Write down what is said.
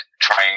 trying